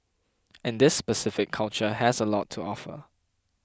and this specific culture has a lot to offer